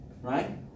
Right